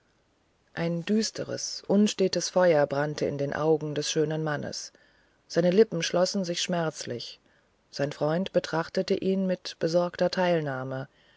ein düsteres unstetes feuer brannte in den augen des schönen mannes seine lippen schlossen sich schmerzlich sein freund betrachtete ihn mit besorgter teilnahme